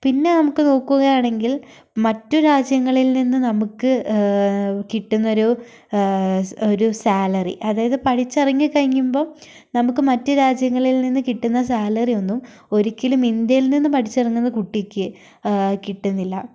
പിന്നെ നമുക്ക് നോക്കുകയാണെങ്കിൽ മറ്റ് രാജ്യങ്ങളിൽ നിന്ന് നമുക്ക് കിട്ടുന്നൊരു ഒരു സാലറി അതായത് പഠിച്ച് ഇറങ്ങി കഴിയുമ്പം നമുക്ക് മറ്റ് രാജ്യങ്ങളിൽ നിന്ന് കിട്ടുന്ന സാലറി ഒന്നും ഒരിക്കലും ഇന്ത്യയിൽ നിന്ന് പഠിച്ചിറങ്ങുന്ന കുട്ടിയ്ക്ക് കിട്ടുന്നില്ല